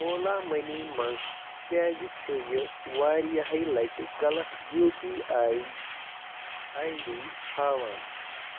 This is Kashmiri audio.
اولا مٔنی منٛز کیٛازِ چھُ یہِ واریٛاہہِ لَٹہِ غلط U P I I D ہاوان؟